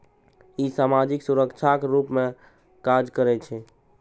ई सामाजिक सुरक्षाक रूप मे काज करै छै